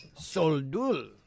Soldul